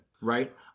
right